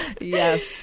Yes